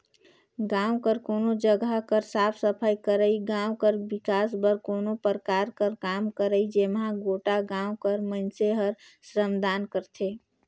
गाँव कर कोनो जगहा कर साफ सफई करई, गाँव कर बिकास बर कोनो परकार कर काम करई जेम्हां गोटा गाँव कर मइनसे हर श्रमदान करथे